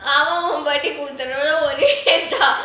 அவ உனக்கு ஊத்துறதோ ஒரே இதான்:ava unaku oothuratho orey ithaan